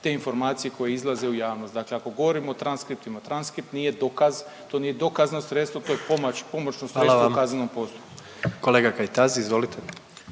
te informacije koje izlaze u javnost. Dakle, ako govorimo o transkriptima, transkript nije dokaz, to nije dokazno sredstvo to je pomoćno sredstvo u kaznenom postupku. **Jandroković, Gordan